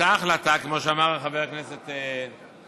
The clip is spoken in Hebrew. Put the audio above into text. הייתה החלטה, כמו שאמר חבר הכנסת פורר.